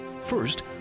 First